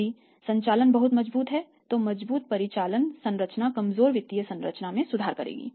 यदि संचालन बहुत मजबूत हैं तो मजबूत परिचालन संरचना कमजोर वित्तीय संरचना में सुधार करेगी